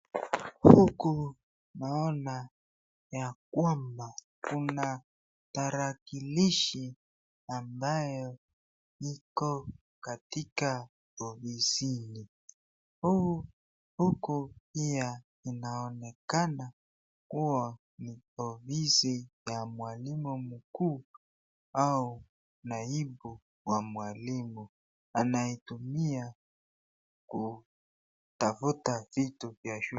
Huku naona ya kwamba kuna tarakilishi ambayo iko katika ofisini. Huku pia inaonekana kuwa ni ofisi ya mwalimu mkuu au naibu wa mwalimu anaitumia kutafuta vitu vya shule.